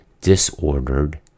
disordered